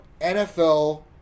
NFL